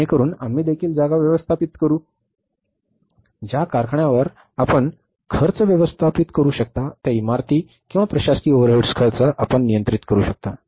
जेणेकरून आम्ही देखील जागा व्यवस्थापित करू ज्या कारखान्यावर आपण खर्च व्यवस्थापित करू शकता त्या इमारती किंवा प्रशासकीय ओव्हरहेड्स खर्च आपण नियंत्रित करू शकता